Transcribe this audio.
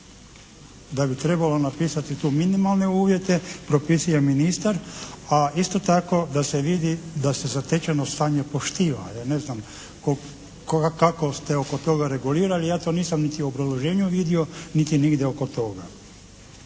da bi trebalo napisati tu minimalne uvjete propisuje ministar, a isto tako da se vidi, da se zatečeno stanje poštiva. Ja ne znam kako ste oko toga regulira. Ja to nisam niti u obrazloženju vidio, niti nigdje oko toga.